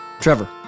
Trevor